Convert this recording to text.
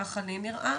ככה לי נראה,